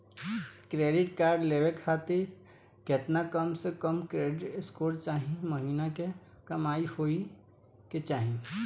Credit card लेवे खातिर केतना कम से कम क्रेडिट स्कोर चाहे महीना के कमाई होए के चाही?